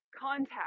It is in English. contact